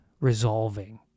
resolving